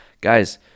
guys